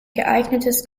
geeignetes